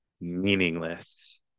meaningless